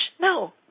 no